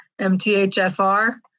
MTHFR